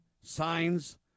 signs